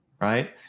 right